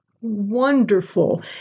wonderful